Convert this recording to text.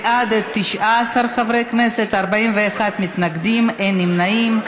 בעד, 19 חברי כנסת, 41 מתנגדים, אין נמנעים.